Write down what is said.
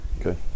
okay